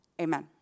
Amen